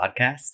podcast